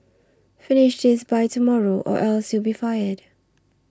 finish this by tomorrow or else you'll be fired